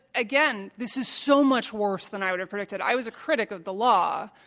again, this is so much worse than i would've predicted. i was a critic of the law,